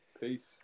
Peace